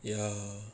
ya